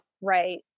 right